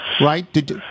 Right